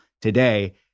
today